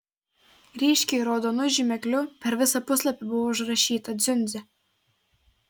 ryškiai raudonu žymekliu per visą puslapį buvo užrašyta dziundzė